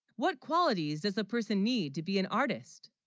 what qualities does a person need to be an artist